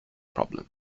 problem